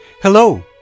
Hello